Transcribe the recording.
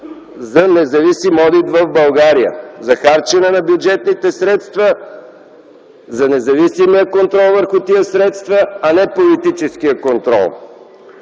за независим одит в България, за харчене на бюджетните средства, за независим контрол върху тези средства, а не политически контрол.